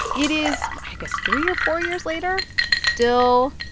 it is, i guess, three or four years later still.